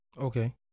Okay